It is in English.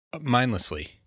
mindlessly